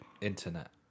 internet